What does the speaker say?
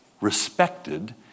respected